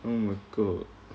oh my god